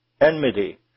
enmity